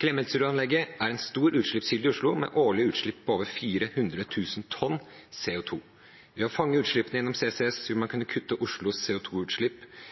Klemetsrudanlegget er en stor utslippskilde i Oslo med årlig utslipp på over 400 000 tonn CO 2 . Ved å fange utslippene gjennom CCS vil man kunne kutte Oslos